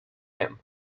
him